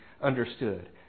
understood